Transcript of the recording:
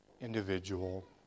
individual